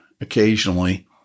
occasionally